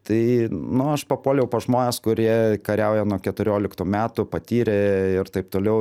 tai nu aš papuoliau pas žmones kurie kariauja nuo keturioliktų metų patyrę ir taip toliau